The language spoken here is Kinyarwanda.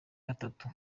gatatu